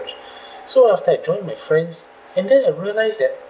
so after I joined my friends and then I realised that